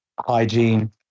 hygiene